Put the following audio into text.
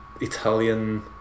Italian